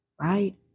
right